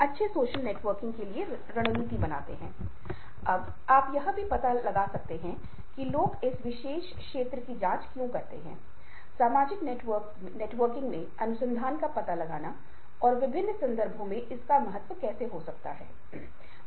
इसी प्रकार स्व नियमन यह विघटनकारी आवेग और मूड को नियंत्रित करने और पुनर्निर्देशित करने की क्षमता है इसका मतलब है व्यक्ति में अपने आवेगों और मनोदशा को नियंत्रित करने की क्षमता है यही आत्म नियमन है